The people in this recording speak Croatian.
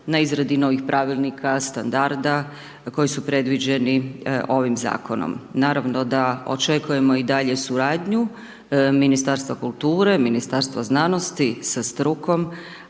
na izradi novih pravilnika, standarda koji su predviđeni ovim zakonom. Naravno da očekujemo i dalje suradnju Ministarstva kulture, Ministarstva znanosti sa strukom,